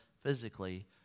physically